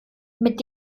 mit